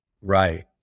right